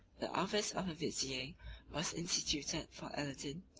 the office of vizier was instituted for aladin,